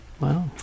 wow